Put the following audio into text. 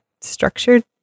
structured